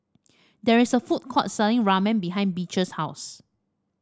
there is a food court selling Ramen behind Beecher's house